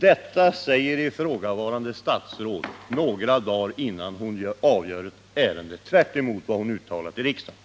Detta säger ifrågavarande statsråd några dagar innan hon avgör ett ärende tvärtemot vad hon uttalat i riksdagen.